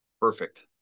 Perfect